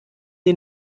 den